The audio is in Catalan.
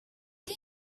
dia